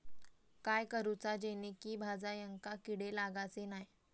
काय करूचा जेणेकी भाजायेंका किडे लागाचे नाय?